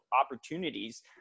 opportunities